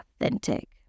authentic